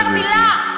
אומר מילה.